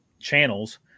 channels